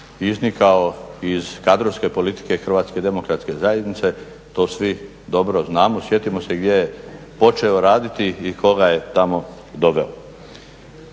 iznikao iz kadrovske politike HDZ-a, to svi dobro znamo. Sjetimo se gdje je počeo raditi i tko ga je tamo doveo.